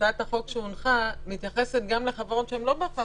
הצעת החוק שהונחה מתייחסת גם לחברות שהן לא בהכרח